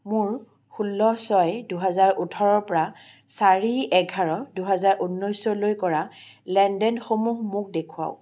মোৰ ষোল্ল ছয় দুহেজাৰ ওঁঠৰৰ পৰা চাৰি এঘাৰ দুহেজাৰ ঊনৈছলৈ কৰা লেনদেনসমূহ মোক দেখুৱাওক